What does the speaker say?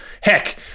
Heck